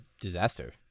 disaster